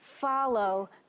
follow